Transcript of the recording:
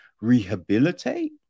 rehabilitate